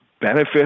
benefit